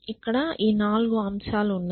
ఇక్కడ ఈ 4 అంశాలు ఉన్నాయి